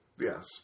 Yes